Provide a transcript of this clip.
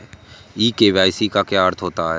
ई KYC का क्या अर्थ होता है?